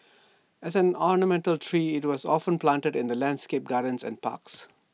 as an ornamental tree IT was often planted in landscaped gardens and parks